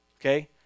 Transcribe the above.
okay